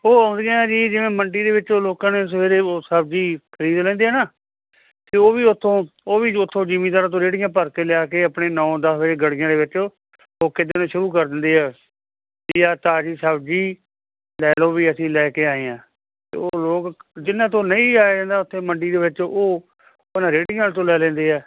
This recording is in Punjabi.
ਉਹ ਆਉਂਦੀਆਂ ਜੀ ਜਿਵੇਂ ਮੰਡੀ ਦੇ ਵਿੱਚੋਂ ਲੋਕਾਂ ਨੇ ਸਵੇਰੇ ਉਹ ਸਬਜ਼ੀ ਖਰੀਦ ਲੈਂਦੇ ਆ ਨਾ ਅਤੇ ਉਹ ਵੀ ਉੱਥੋਂ ਉਹ ਵੀ ਉੱਥੋਂ ਜਿਮੀਦਾਰਾਂ ਤੋਂ ਰੇੜੀਆਂ ਭਰ ਕੇ ਲਿਆ ਕੇ ਆਪਣੇ ਨੌ ਦਸ ਵਜੇ ਗਲੀਆਂ ਦੇ ਵਿੱਚ ਹੋ ਕੇ ਦੇਣੇ ਸ਼ੁਰੂ ਕਰ ਦਿੰਦੇ ਆ ਵੀ ਆਹ ਤਾਜ਼ੀ ਸਬਜ਼ੀ ਲੈ ਲਓ ਵੀ ਅਸੀਂ ਲੈ ਕੇ ਆਏ ਹਾਂ ਅਤੇ ਉਹ ਲੋਕ ਜਿਹਨਾਂ ਤੋਂ ਨਹੀਂ ਆਇਆ ਜਾਂਦਾ ਉੱਥੇ ਮੰਡੀ ਦੇ ਵਿੱਚ ਉਹ ਆਪਣਾ ਰੇੜੀਆ ਤੋਂ ਲੈ ਲੈਂਦੇ ਆ